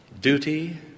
duty